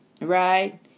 right